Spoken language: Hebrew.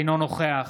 אינו נוכח